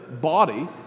body